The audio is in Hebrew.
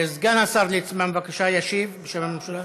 סגן השר ליצמן, בבקשה, ישיב בשם הממשלה.